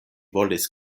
volis